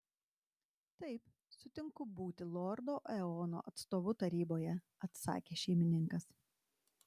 taip sutinku būti lordo eono atstovu taryboje atsakė šeimininkas